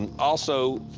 and also,